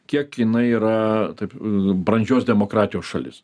kiek jinai yra taip brandžios demokratijos šalis